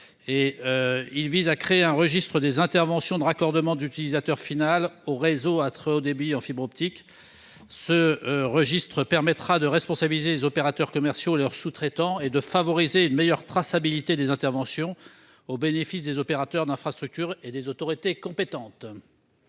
et tend à créer un registre des interventions de raccordement d'utilisateurs finals au réseau à très haut débit en fibre optique. Celui-ci permettra de responsabiliser les opérateurs commerciaux, ainsi que leurs sous-traitants, et favorisera une meilleure traçabilité des interventions au bénéfice des opérateurs d'infrastructure et des autorités compétentes.